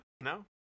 no